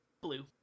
Blue